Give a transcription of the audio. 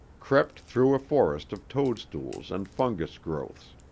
crept through a forest of toadstools and fungus growths.